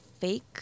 fake